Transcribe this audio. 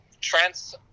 Trent's